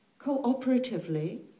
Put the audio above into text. cooperatively